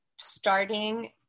starting